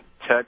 tech